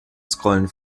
scrollen